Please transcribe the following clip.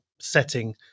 setting